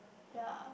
ya